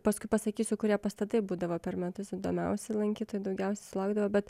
paskui pasakysiu kurie pastatai būdavo per metus įdomiausi lankytojų daugiausiai sulaukdavo bet